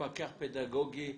מפקח פדגוגי,